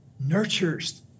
nurtures